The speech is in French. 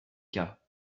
cas